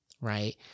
right